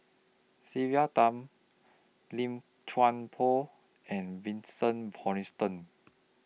Sylvia Tan Lim Chuan Poh and Vincent Hoisington